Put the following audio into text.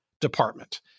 department